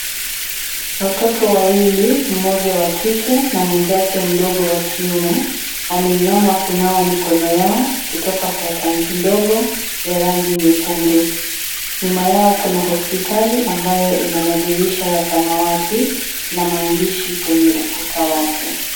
Watoto wawili mmoja wa kike na mwenzake mdogo wa kiume wameinama kunawa mikono yao kutoka kwa tanki ndogo ya rangi nyekundu. Nyuma yao kuna hospitali ambayo ina madirisha ya samawati na maandishi kwenye ukuta wake.